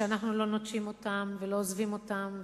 שאנחנו לא נוטשים אותם ולא עוזבים אותם,